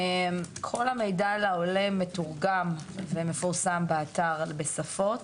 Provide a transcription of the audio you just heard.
כל המידע לעולה מתורגם ומפורסם באתר בשפות